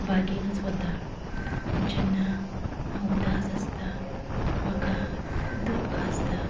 बागेनच वता जेन्ना हांव उदास आसता म्हाका दूख्ख आसता